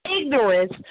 ignorance